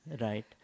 Right